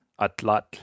Atlatl